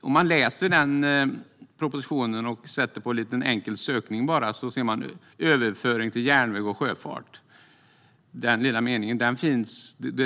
Om man läser propositionen och gör en enkel sökning ser man att överflyttning till järnväg och sjöfart